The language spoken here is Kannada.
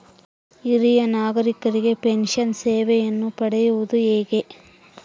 ಹಿರಿಯ ನಾಗರಿಕರಿಗೆ ಪೆನ್ಷನ್ ಸೇವೆಯನ್ನು ಪಡೆಯುವುದು ಹೇಗೆ?